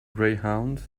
greyhounds